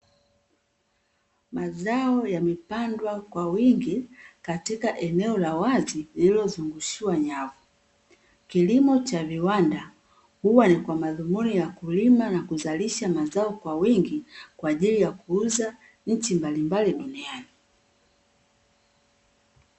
Mazao yamepandwa kwa wingi katika eneo la wazi lililozungushiwa nyavu, kilimo cha viwanda huwa ni kwa madhumuni ya kulima na kuzalisha mazao kwa wingi, kwa ajili ya kuuza nchi mbalimbali duniani.